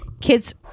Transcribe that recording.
kids